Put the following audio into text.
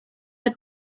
had